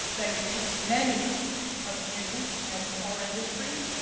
thank you, many of you and our industry